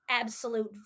absolute